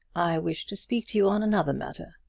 i wish to speak to you on another matter.